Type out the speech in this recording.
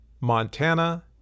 montana